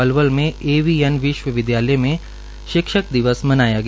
पंचकुला में एवीएन विश्वविदयालय में शिक्षक दिवस मनाया गया